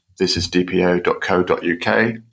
thisisdpo.co.uk